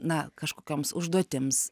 na kažkokioms užduotims